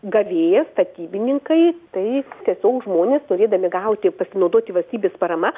gavėjas statybininkai tai tiesiog žmonės norėdami gauti pasinaudoti valstybės parama